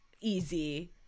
easy